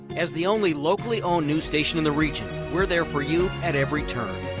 as the only locally owned news station in the region, we are there for you at every turn.